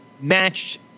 matched